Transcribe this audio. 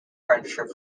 furniture